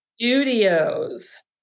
Studios